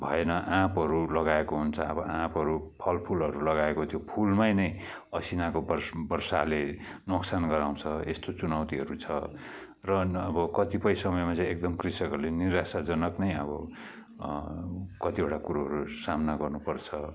भएन आँपहरू लगाएको हुन्छ अब आँपहरू फलफुलहरू लगाएको त्यो फुलमै नै असिनाको बर्षा बर्षाले नोक्सान गराउँछ यस्तो चुनौतीहरू छ र न अब कतिपय समयमा चाहिँ एकदम कृषकहरूले निराशाजनक नै अब कतिवटा कुरोहरू सामना गर्नुपर्छ